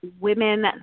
women